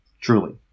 truly